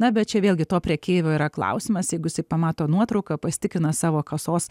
na bet čia vėlgi to prekeivio yra klausimas jeigu jisai pamato nuotrauką pasitikrina savo kasos